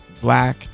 black